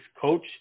coach